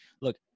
look